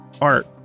art